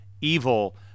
Evil